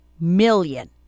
million